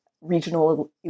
regional